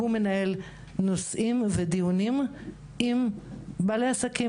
והוא מנהל דיונים עם בעלי עסקים.